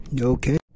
Okay